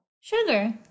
sugar